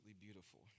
beautiful